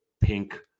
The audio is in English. pink